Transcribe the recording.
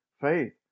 faith